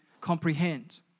comprehend